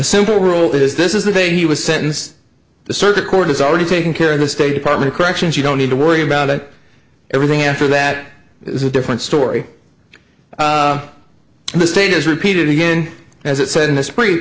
simple rule is this is the day he was sentenced the circuit court has already taken care of the state department corrections you don't need to worry about it everything after that is a different story and the stage is repeated again as it said in a spr